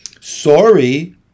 Sorry